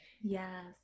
yes